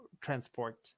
transport